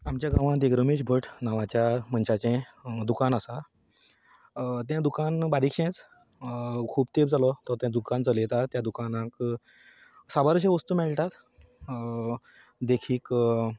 आमच्या गांवांत एक रमेश भट नांवाच्या मनशाचें दुकान आसा तें दुकान बारीकशेंच खूब तेप जालो तो तें दुकान चलयता आनी साबारश्यो वस्तू मेळटात देखीक